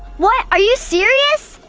what? are you serious?